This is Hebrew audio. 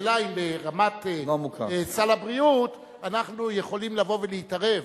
השאלה היא אם ברמת סל הבריאות אנחנו יכולים להתערב,